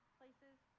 places